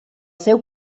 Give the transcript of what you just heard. seu